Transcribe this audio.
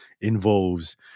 involves